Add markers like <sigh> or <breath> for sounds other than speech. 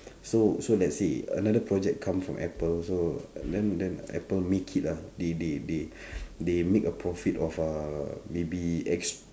<breath> so so let's say another project come from apple so uh then then apple make it lah they they they <breath> they make a profit of maybe X